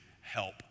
help